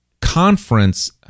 conference